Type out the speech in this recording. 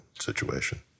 situation